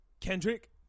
Kendrick